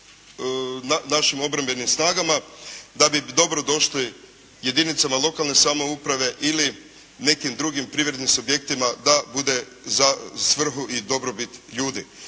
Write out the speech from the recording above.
našim Obrambenim snagama, da bi dobro došli jedinicama lokalne samouprave ili nekim drugim privrednim subjektima da bude za svrhu i dobrobit ljudi.